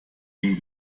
ihm